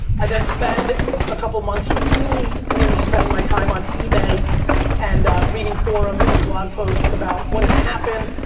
i then spend a couple months really, really spending my time on ebay and reading forums and blog posts about what has happened,